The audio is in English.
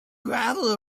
gravel